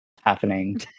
happening